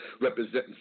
representing